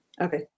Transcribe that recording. Okay